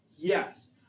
Yes